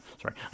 sorry